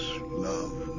love